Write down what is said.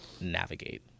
navigate